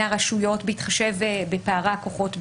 הרשויות בהתחשב בפערי הכוחות ביניהם.